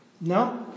no